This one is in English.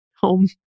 home